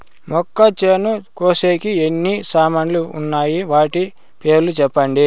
మొక్కచేను కోసేకి ఎన్ని సామాన్లు వున్నాయి? వాటి పేర్లు సెప్పండి?